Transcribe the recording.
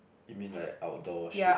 you mean like outdoor shit